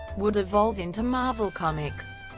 would evolve into marvel comics.